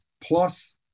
plus